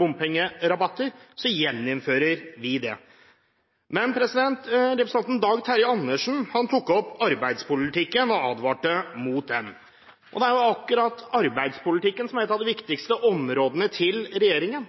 bompengerabatter. Vi gjeninnfører dette. Representanten Dag Terje Andersen tok opp arbeidspolitikken og advarte mot den. Akkurat arbeidspolitikken er ett av de viktigste områdene for regjeringen.